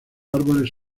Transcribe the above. árboles